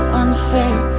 unfair